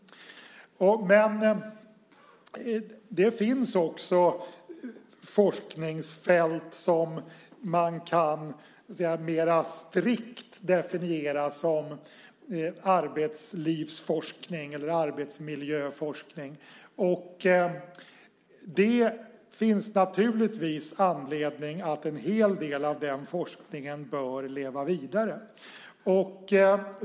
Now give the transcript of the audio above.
Men det finns också forskningsfält som man mera strikt kan definiera som arbetslivsforskning eller arbetsmiljöforskning. Och det finns naturligtvis anledning till att en hel del av den forskningen bör leva vidare.